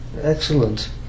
excellent